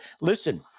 Listen